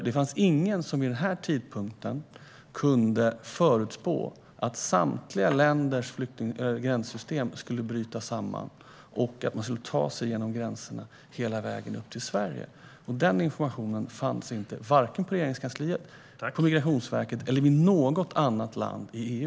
Det fanns nämligen ingen som vid den tidpunkten kunde förutspå att samtliga länders gränssystem skulle bryta samman och att människor skulle ta sig genom gränserna hela vägen upp till Sverige. Den informationen fanns inte vare sig på Regeringskansliet, på Migrationsverket eller i något annat land i EU.